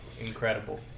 Incredible